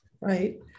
right